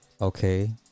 okay